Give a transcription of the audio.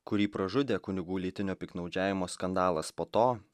kurį pražudė kunigų lytinio piktnaudžiavimo skandalas po to